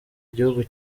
igihugu